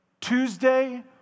Tuesday